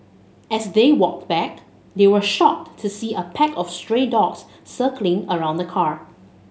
as they walked back they were shocked to see a pack of stray dogs circling around the car